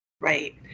right